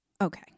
Okay